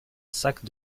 sac